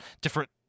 different